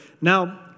Now